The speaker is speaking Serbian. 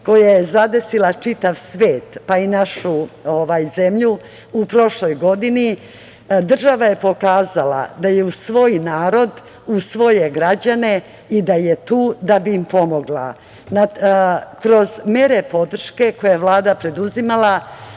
koja je zadesila čitav svet, pa i našu zemlju, u prošloj godini država je pokazala da je uz svoj narod, uz svoje građane i da je tu da bi im pomogla. Kroz mere podrške koje je Vlada preduzimala,